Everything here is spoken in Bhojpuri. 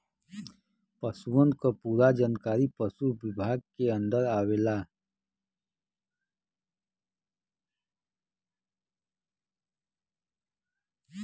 पसुअन क पूरा जानकारी पसु विभाग के अन्दर आवला